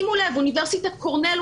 אוניברסיטת קורנל,